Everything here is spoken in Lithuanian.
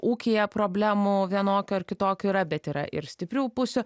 ūkyje problemų vienokių ar kitokių yra bet yra ir stiprių pusių